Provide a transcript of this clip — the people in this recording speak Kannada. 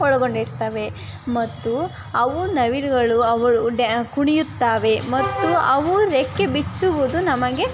ಒಳಗೊಂಡಿರ್ತವೆ ಮತ್ತು ಅವು ನವಿಲುಗಳು ಅವಳು ಡ್ಯಾ ಕುಣಿಯುತ್ತಾವೆ ಮತ್ತು ಅವು ರೆಕ್ಕೆ ಬಿಚ್ಚುವುದು ನಮಗೆ